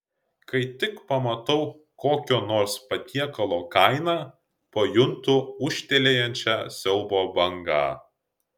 kai tik pamatau kokio nors patiekalo kainą pajuntu ūžtelėjančią siaubo bangą